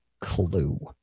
clue